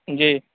جی